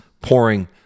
pouring